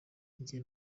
igihe